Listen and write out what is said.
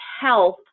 health